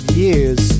years